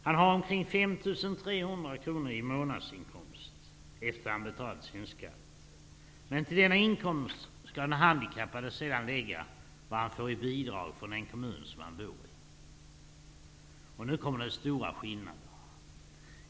Han hade om kring 5 300 kronor i månadsinkomst efter att ha betalat skatt. Men till denna inkomst skulle den handikappade sedan lägga vad han fick i bidrag från den kommun som han bodde i. Här kommer de stora skillnaderna in.